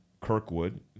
Kirkwood